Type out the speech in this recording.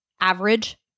average